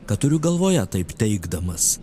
ką turiu galvoje taip teigdamas